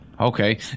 Okay